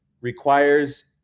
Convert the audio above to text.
requires